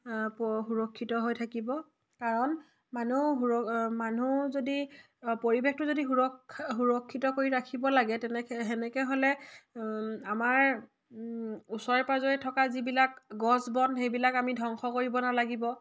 সুৰক্ষিত হৈ থাকিব কাৰণ মানুহ মানুহ যদি পৰিৱেশটো যদি সুৰক্ষা সুৰক্ষিত কৰি ৰাখিব লাগে তেনেকে সেনেকে হ'লে আমাৰ ওচৰে পাজৰে থকা যিবিলাক গছ বন সেইবিলাক আমি ধ্বংস কৰিব নালাগিব